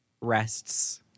Rests